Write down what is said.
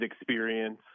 experience